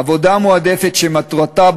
עבודה מועדפת שמטרתה,